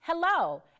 Hello